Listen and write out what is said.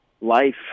life